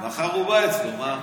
מחר הוא בא אצלו, מה?